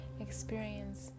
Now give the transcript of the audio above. experience